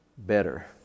better